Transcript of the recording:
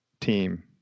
team